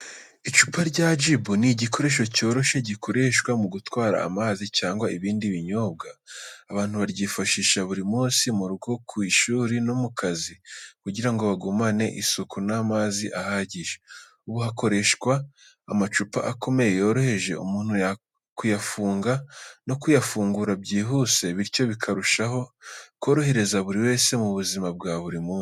Icupa rya jibu ni igikoresho cyoroshye gikoreshwa mu gutwara amazi cyangwa ibindi binyobwa. Abantu baryifashisha buri munsi mu rugo, ku ishuri no mu kazi kugira ngo bagumane isuku n’amazi ahagije. Ubu hakoreshwa amacupa akomeye, yorohereza umuntu kuyafunga no kuyafungura byihuse, bityo bikarushaho korohereza buri wese mu buzima bwa buri munsi.